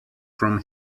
from